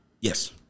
Yes